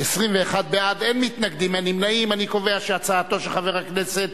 התכנון והבנייה (תיקון, קרן ייעודית לחינוך),